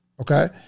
Okay